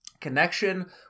connection